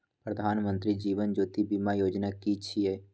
प्रधानमंत्री जीवन ज्योति बीमा योजना कि छिए?